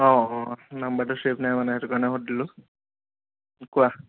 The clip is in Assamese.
অঁ অঁ নাম্বাৰটো ছেভ নাই মানে সেইটো কাৰণে সুধিলোঁ কোৱা